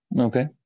Okay